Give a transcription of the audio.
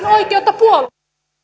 oikeutta puolusta arvoisa